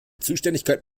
zuständigkeit